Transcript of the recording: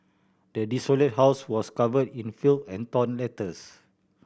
the desolated house was covered in filth and torn letters